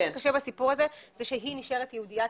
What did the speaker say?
מה שקשה בסיפור הזה זה שהיא נשארת יהודייה,